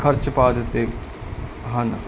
ਖਰਚ ਪਾ ਦਿੱਤੇ ਹਨ